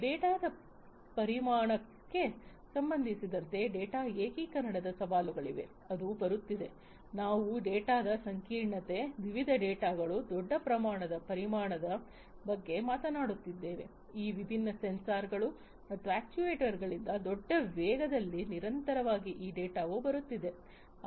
ಡೇಟಾದ ಪರಿಮಾಣಕ್ಕೆ ಸಂಬಂಧಿಸಿದಂತೆ ಡೇಟಾ ಏಕೀಕರಣದ ಸವಾಲುಗಳಿವೆ ಅದು ಬರುತ್ತಿದೆ ನಾವು ಡೇಟಾದ ಸಂಕೀರ್ಣತೆ ವಿವಿಧ ಡೇಟಾಗಳು ದೊಡ್ಡ ಪ್ರಮಾಣದ ಪರಿಮಾಣದ ಬಗ್ಗೆ ಮಾತನಾಡುತ್ತಿದ್ದೇವೆ ಈ ವಿಭಿನ್ನ ಸೆನ್ಸಾರ್ಗಳು ಮತ್ತು ಅಕ್ಚುಯೆಟರ್ಸ್ಗಗಳಿಂದ ದೊಡ್ಡ ವೇಗಗಳಲ್ಲಿ ನಿರಂತರವಾಗಿ ಈ ಡೇಟಾವು ಬರುತ್ತಿದೆ